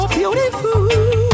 beautiful